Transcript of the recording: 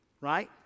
right